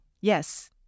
Yes